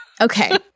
Okay